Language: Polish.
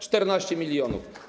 14 mln zł.